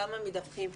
כמה מדווחים,